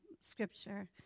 scripture